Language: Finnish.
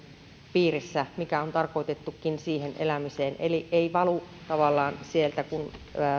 piirissä mikä on tarkoitettukin siihen elämiseen eli ei valu tavallaan sieltä kun